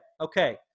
Okay